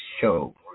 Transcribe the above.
show